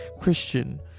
Christian